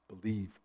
believe